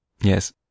Yes